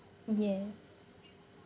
yes